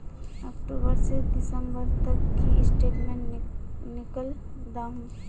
अक्टूबर से दिसंबर तक की स्टेटमेंट निकल दाहू?